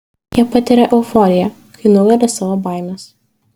jie patiria euforiją kai nugali savo baimes